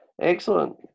Excellent